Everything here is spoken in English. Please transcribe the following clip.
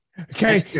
Okay